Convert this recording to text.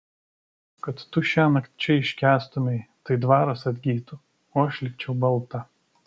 kad tu šiąnakt čia iškęstumei tai dvaras atgytų o aš likčiau balta